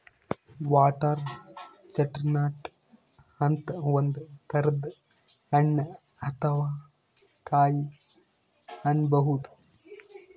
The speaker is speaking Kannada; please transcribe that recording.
ವಾಟರ್ ಚೆಸ್ಟ್ನಟ್ ಅಂತ್ ಒಂದ್ ತರದ್ ಹಣ್ಣ್ ಅಥವಾ ಕಾಯಿ ಅನ್ಬಹುದ್